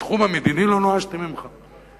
בתחום המדיני לא נואשתי ממך.